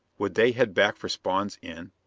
would they head back for spawn's inn?